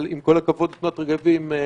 אבל עם כל הכבוד לתנועת רגבים,